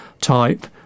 type